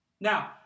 now